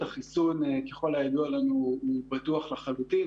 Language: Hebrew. החיסון, ככל הידוע לנו, בטוח לחלוטין.